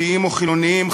דתיים או חילונים,